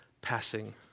passing